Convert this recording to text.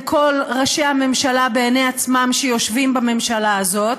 כל ראשי הממשלה בעיני עצמם שיושבים בממשלה הזאת,